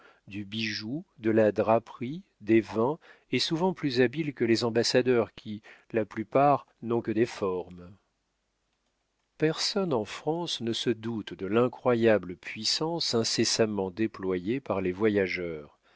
du bijou de la draperie des vins et souvent plus habiles que les ambassadeurs qui la plupart n'ont que des formes personne en france ne se doute de l'incroyable puissance incessamment déployée par les voyageurs